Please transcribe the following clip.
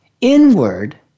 inward